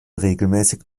regelmäßig